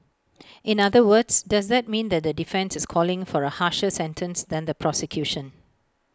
in other words does that mean that the defence is calling for A harsher sentence than the prosecution